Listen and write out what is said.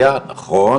יהיה.